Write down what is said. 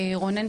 רונן,